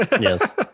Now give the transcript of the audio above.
Yes